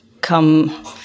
come